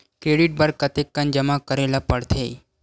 Credit बर कतेकन जमा करे ल पड़थे?